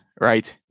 right